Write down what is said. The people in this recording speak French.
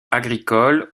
agricoles